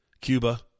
Cuba